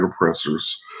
oppressors